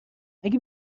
اگه